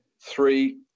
Three